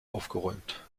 aufgeräumt